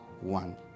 one